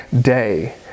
day